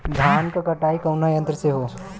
धान क कटाई कउना यंत्र से हो?